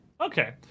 Okay